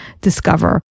discover